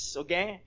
okay